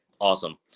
Awesome